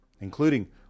including